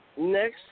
Next